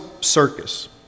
circus